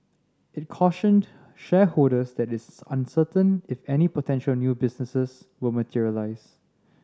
it cautioned shareholders that it is uncertain if any potential new business will materialise